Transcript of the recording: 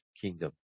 kingdom